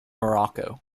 morocco